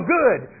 good